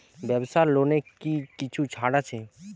ব্যাবসার লোনে কি কিছু ছাড় আছে?